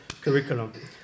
curriculum